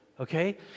okay